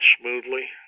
smoothly